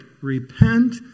Repent